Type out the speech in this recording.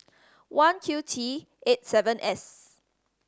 one Q T eight seven S